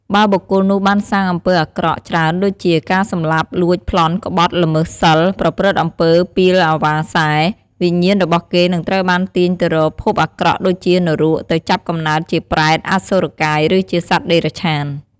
បើបុគ្គលនោះបានសាងអំពើអាក្រក់ច្រើនដូចជា ការសម្លាប់ លួច ប្លន់ ក្បត់ ល្មើសសីល ប្រព្រឹត្តអំពើពាលអាវ៉ាសែ វិញ្ញាណរបស់គេនឹងត្រូវបានទាញទៅរកភពអាក្រក់ដូចជានរក ទៅចាប់កំណើតជាប្រេត អសុរកាយ ឬជាសត្វតិរច្ឆាន។